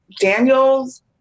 Daniels